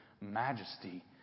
majesty